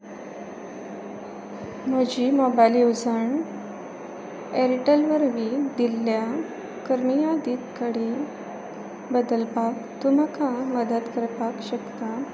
म्हजी मोबायल येवजण ऍरटॅल वरवीं दिल्ल्या कर्मीयादीत कडे बदलपाक तूं म्हाका मदत करपाक शकता